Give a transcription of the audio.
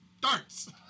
Darts